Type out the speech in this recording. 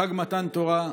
חג מתן תורה.